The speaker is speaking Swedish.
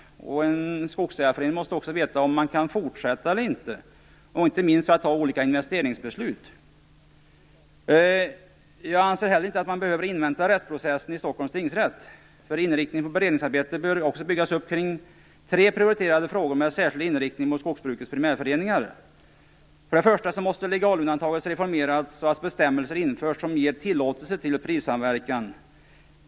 En skogsägarförening måste veta om man kan fortsätta eller inte, inte minst för att fatta olika investeringsbeslut. Jag anser heller inte att man behöver invänta rättsprocessen i Stockholms tingsrätt. Inriktningen på beredningsarbetet bör byggas upp kring tre prioriterade frågor med särskild inriktning mot skogsbrukets primärföreningar. För det första måste legalundantaget reformeras så att bestämmelser införs som ger tillåtelse till prissamverkan.